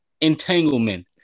Entanglement